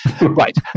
Right